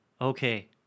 Okay